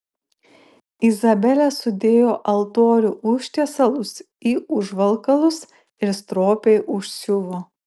izabelė sudėjo altorių užtiesalus į užvalkalus ir stropiai užsiuvo